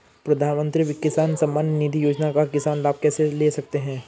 प्रधानमंत्री किसान सम्मान निधि योजना का किसान लाभ कैसे ले सकते हैं?